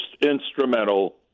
instrumental